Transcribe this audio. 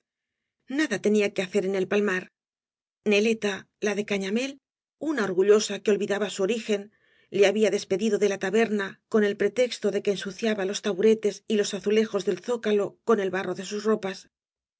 nada tenía que hacer en el palmar neleta la de cañamél una orgullosa que olvidaba su origen le había despedido de la taberna con el pretexto de que ensuciaba los taburetes y los azulejos del zócalo con el barro de sus ropas